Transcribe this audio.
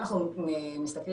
אנחנו מדברים